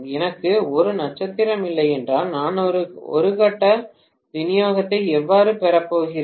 எனக்கு ஒரு நட்சத்திரம் இல்லையென்றால் நான் ஒரு கட்ட கட்ட விநியோகத்தை எவ்வாறு பெறப்போகிறேன்